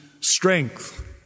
strength